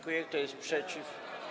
Kto jest przeciw?